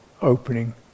opening